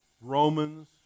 Romans